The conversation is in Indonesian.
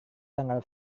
tanggal